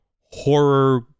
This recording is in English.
horror